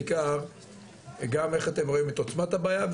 בעיקר גם איך אתם רואים את עוצמת הבעיה,